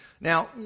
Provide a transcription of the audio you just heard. Now